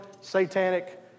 satanic